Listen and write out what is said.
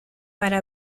para